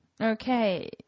Okay